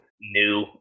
new